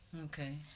Okay